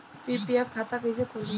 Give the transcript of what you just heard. PPF खाता कैसे खुली?